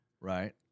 Right